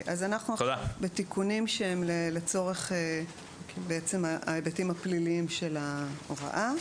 אז אנחנו עכשיו בתיקונים שהם לצורך ההיבטים הפליליים של ההוראה: